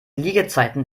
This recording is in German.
liegezeiten